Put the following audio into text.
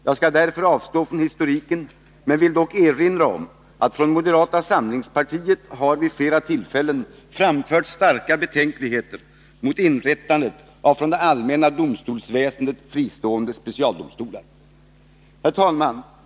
Jag skall därför avstå från historiken, men jag vill i alla fall erinra om att från moderata samlingspartiet vid flera tillfällen har framförts starka betänkligheter mot inrättandet av från det allmänna domstolsväsendet fristående specialdomstolar. Herr talman!